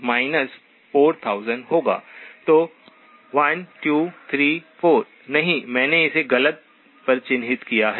तो 1 2 3 4 नहीं मैंने इसे गलत पर चिह्नित किया है